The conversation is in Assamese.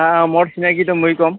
অ অঁ মোৰ চিনাকিটোক মই কম